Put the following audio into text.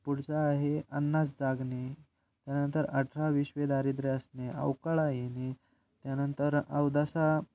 पुढचा आहे अन्नास जागणे त्यानंतर अठराविश्वे दारिद्रय असणे अवकळा येणे त्यानंतर अवदसा